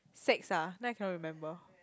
six ah then I cannot remember